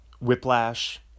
Whiplash